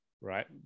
right